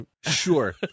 Sure